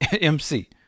MC